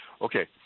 Okay